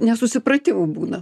nesusipratimų būna